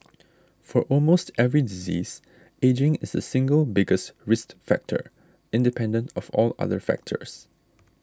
for almost every disease ageing is the single biggest risk factor independent of all other factors